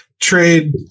trade